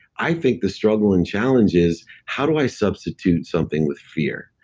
i think the struggle and challenge is, how do i substitute something with fear?